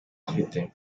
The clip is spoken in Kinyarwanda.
afite